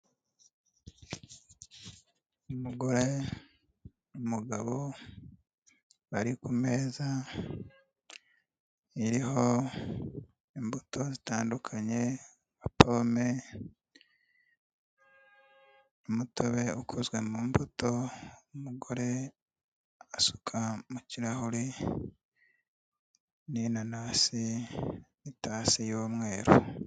Umugore n'umugabo bari ku meza iriho imbuto zitandukanye nka pome, umutobe ukozwe mu mbuto, umugore asuka mu kirahuri n'inanasi n'itasi y'umweru.